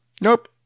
Nope